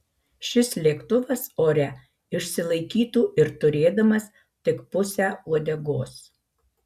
šis lėktuvas ore išsilaikytų ir turėdamas tik pusę uodegos